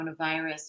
coronavirus